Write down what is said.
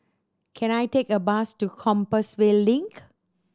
can I take a bus to Compassvale Link